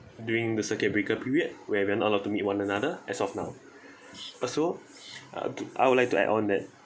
during the circuit breaker period where we're not allowed to meet one another as of now also I would like to add on that